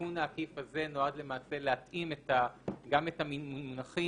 התיקון העקיף הזה נועד למעשה להתאים גם את המונחים